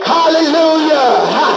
Hallelujah